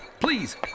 Please